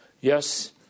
Yes